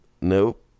Nope